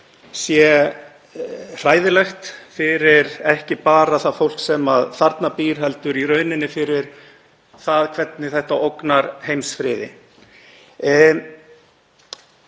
sé hræðilegt fyrir ekki bara það fólk sem þarna býr heldur í rauninni fyrir það hvernig það ógnar heimsfriði.